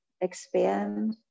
expand